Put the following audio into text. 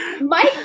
Mike